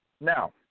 Now